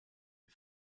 est